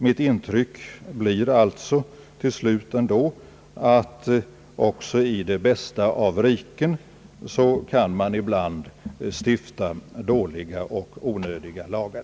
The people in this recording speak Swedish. Mitt intryck blir alltså ändå till slut att också i de bästa av riken kan man ibland stifta dåliga och onödiga lagar.